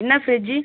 என்ன ஃபிரிட்ஜ்